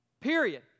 period